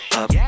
up